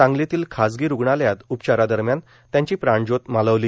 सांगलीतील खासगी रुग्णालयात उपचारा दरम्यान यांची प्राणजोत माळवली